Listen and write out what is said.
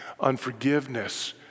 unforgiveness